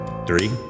Three